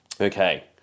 Okay